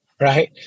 right